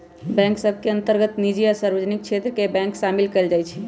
bank सभ के अंतर्गत निजी आ सार्वजनिक क्षेत्र के बैंक सामिल कयल जाइ छइ